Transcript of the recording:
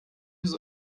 vus